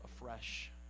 afresh